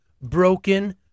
Broken